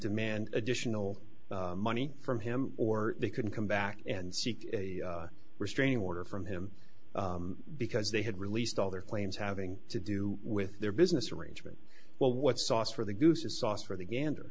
demand additional money from him or they could come back and seek a restraining order from him because they had released all their claims having to do with their business arrangement well what's sauce for the goose is sauce for the gander